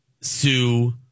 Sue